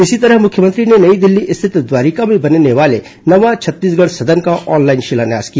इसी तरह मुख्यमंत्री ने नई दिल्ली स्थित द्वारिका में बनने वाले नवा छत्तीसगढ सदन का ऑनलाइन शिलान्यास किया